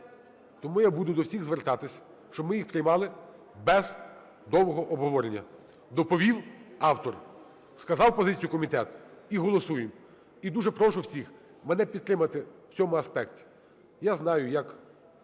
Тому я буду до всіх звертатись, щоб ми їх приймали без довгого обговорення. Доповів автор, сказав позицію комітету – і голосуємо. І дуже прошу всіх мене підтримати в цьому аспекті. Я знаю, як